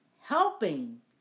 helping